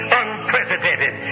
unprecedented